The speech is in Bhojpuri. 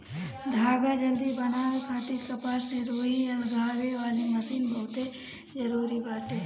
धागा जल्दी बनावे खातिर कपास से रुई अलगावे वाली मशीन बहुते जरूरी बाटे